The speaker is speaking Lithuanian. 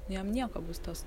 jam nieko bus tas